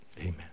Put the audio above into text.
Amen